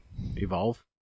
evolve